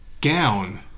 gown